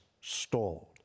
stalled